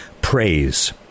praise